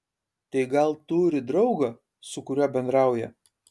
tai gal turi draugą su kuriuo bendrauja